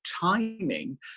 timing